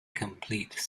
complete